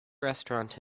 restaurant